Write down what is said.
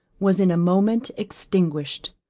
was in a moment extinguished.